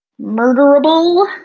murderable